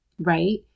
Right